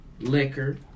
liquor